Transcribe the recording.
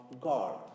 God